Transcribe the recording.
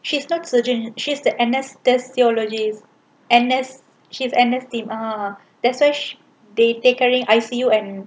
she's not surgeon she's the anaes test theology anaes she the anaes team uh that why they catering I_C_U and